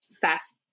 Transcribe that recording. fast